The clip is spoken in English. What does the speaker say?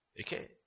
Okay